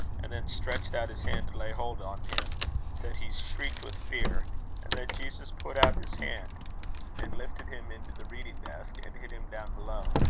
and then stretched out his hand to lay hold on him that he shrieked with fear and that jesus put out his hand and lifted him into the reading-desk, and hid him down below.